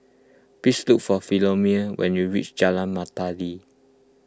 please look for Philomene when you reach Jalan Melati